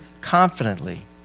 confidently